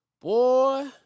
Boy